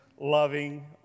loving